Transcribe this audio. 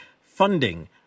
funding